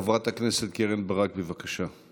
חברת הכנסת קרן ברק, בבקשה.